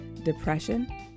depression